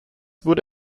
wurde